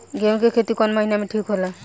गेहूं के खेती कौन महीना में ठीक होला?